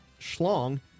schlong